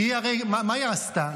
כי הרי מה היא עשתה?